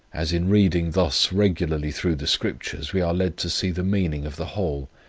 as in reading thus regularly through the scriptures we are led to see the meaning of the whole,